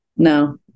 no